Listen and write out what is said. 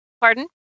Pardon